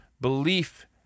belief